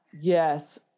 yes